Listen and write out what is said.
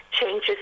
changes